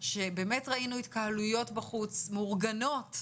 שבאמת ראינו התקהלויות בחוץ,